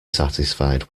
satisfied